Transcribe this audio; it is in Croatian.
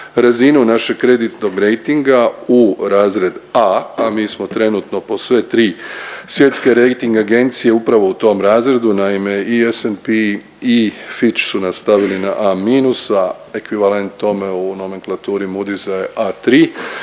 razinu našeg kreditnog rejtinga u razred A, a mi smo trenutno po sve tri svjetske rejting agencije upravo u tom razredu. Naime, i S&P i Fitch su nas stavili na A minus, a ekvivalent tome u nomenklaturi Moody's je A3,